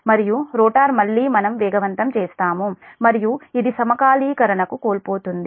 మరియు రోటర్ మళ్ళీ మనం వేగవంతం చేస్తాము మరియు ఇది సమకాలీకరణను కోల్పోతుంది